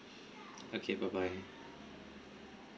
okay bye bye